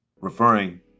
referring